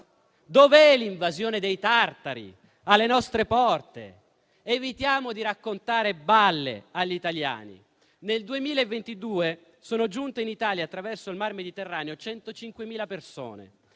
Dov'è l'invasione dei tartari alle nostre porte? Evitiamo di raccontare balle agli italiani. Nel 2022 sono giunte in Italia attraverso il Mar Mediterraneo 105.000 persone;